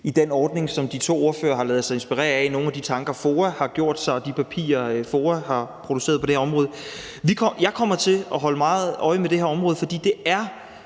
i den ordning, som de to ordførere har ladet sig inspirere af, nogle af de tanker, FOA har gjort sig, og de papirer, FOA har produceret på det her område. Jeg kommer til at holde meget nøje øje med det her område, for det er